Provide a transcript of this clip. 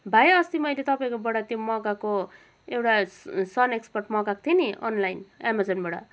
भाइ अस्ति मैले तपाईँकोबाट त्यो मगाएको एउटा सन एक्सपर्ट मगाएको थिएँ नि अनलाइन एमेजनबाट